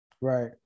Right